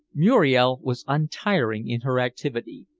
muriel was untiring in her activity.